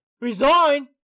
Resign